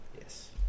Yes